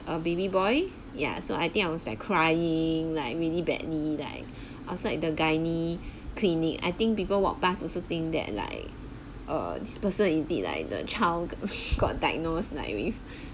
a baby boy ya so I think I was like crying like really badly like outside the gynae clinic I think people walk past also think that like err this person is it like the child got diagnosed like with